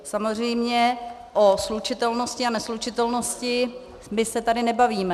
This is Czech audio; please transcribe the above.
Samozřejmě, o slučitelnosti a neslučitelnosti se tady nebavíme.